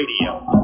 Radio